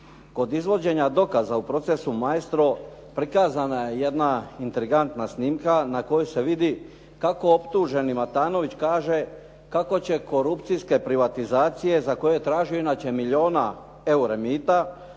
kod izvođenja dokaza u procesu Maestro prikazana je jedna intrigantna snimka na kojoj se vidi kako optuženi Matanović kaže kako će korupcijske privatizacije za koje je tražio inače milijuna eura mita